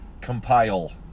compile